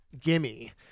gimme